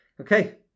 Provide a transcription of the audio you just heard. Okay